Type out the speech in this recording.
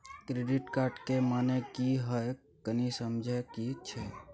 Credit card के माने की हैं, कनी समझे कि छि?